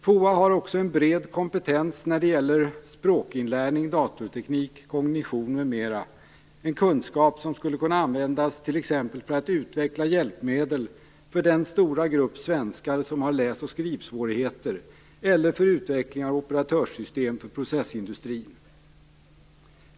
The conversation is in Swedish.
FOA har också en bred kompetens när det gäller språkinlärning, datorteknik, kognition m.m., en kunskap som skulle kunna användas t.ex. för att utveckla hjälpmedel för den stora grupp svenskar som har läsoch skrivsvårigheter eller för utveckling av operatörssystem för processindustrin.